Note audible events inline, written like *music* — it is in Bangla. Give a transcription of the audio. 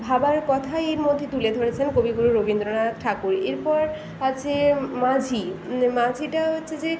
ভাবার কথা এর মধ্যে তুলে ধরেছেন কবিগুরু রবীন্দ্রনাথ ঠাকুর এরপর আছে মাঝি *unintelligible* মাঝিটা হচ্ছে যে